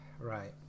Right